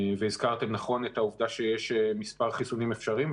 הזכרתם נכון את העובדה שיש מספר חיסונים אפשריים,